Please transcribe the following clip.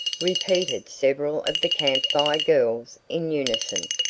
repeated several of the camp fire girls in unison.